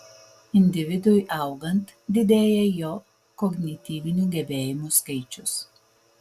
individui augant didėja jo kognityvinių gebėjimų skaičius